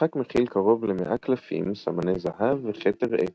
המשחק מכיל קרוב ל-100 קלפים, סמני זהב וכתר עץ.